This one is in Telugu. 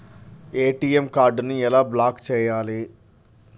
ఏ.టీ.ఎం కార్డుని ఎలా బ్లాక్ చేయాలి?